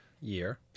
year